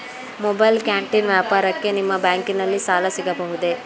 Mobile canteen ವ್ಯಾಪಾರಕ್ಕೆ ನಿಮ್ಮ ಬ್ಯಾಂಕಿನಲ್ಲಿ ಸಾಲ ಸಿಗಬಹುದೇ?